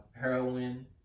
Heroin